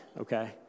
okay